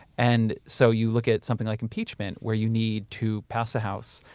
and so, you look at something like impeachment where you need to pass a house,